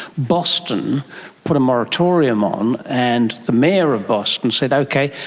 boston put a moratorium on and the mayor of boston said, okay,